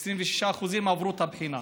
26% עברו את הבחינה.